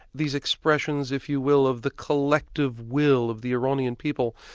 these expressions, if you will, of the collective will of the iranian people,